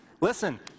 Listen